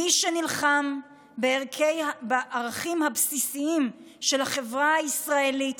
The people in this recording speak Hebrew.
מי שנלחם בערכים הבסיסיים של החברה הישראלית,